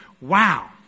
Wow